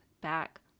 back